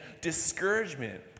discouragement